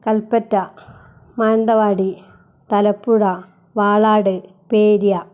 Kalpetta Mananthavady Thalappuzha Valad Periya